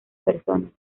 personas